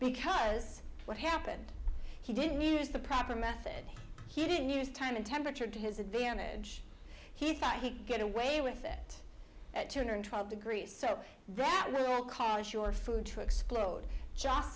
because what happened he didn't use the proper method he didn't use time and temperature to his advantage he thought he could get away with it at two hundred twelve degrees so that will cause your food to explode